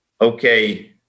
okay